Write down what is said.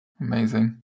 Amazing